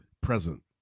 present